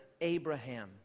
Abraham